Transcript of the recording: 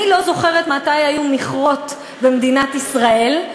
אני לא זוכרת מתי היו מכרות במדינת ישראל,